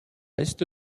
est